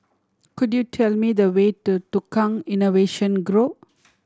could you tell me the way to Tukang Innovation Grove